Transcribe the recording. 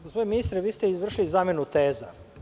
Gospodine ministre, vi ste izvršili zamenu teza.